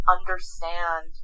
understand